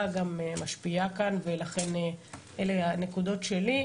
גם משפיעה כאן ולכן אלה הנקודות שלי.